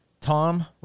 Tom